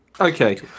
okay